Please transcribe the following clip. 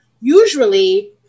usually